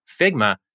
Figma